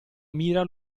mira